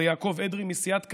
ויעקב אדרי מסיעת קדימה.